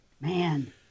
Man